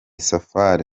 safari